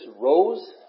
rose